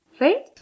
right